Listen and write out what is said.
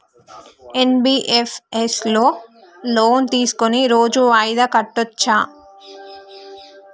NBFS లో loan తీస్కొని రోజు రోజు వాయిదా కట్టచ్ఛా?